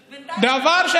בעבר,